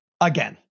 again